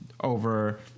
over